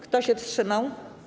Kto się wstrzymał?